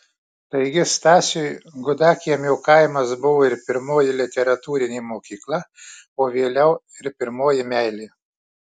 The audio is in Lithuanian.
taigi stasiui gudakiemio kaimas buvo ir pirmoji literatūrinė mokykla o vėliau ir pirmoji meilė